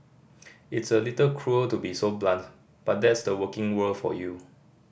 it's a little cruel to be so blunt but that's the working world for you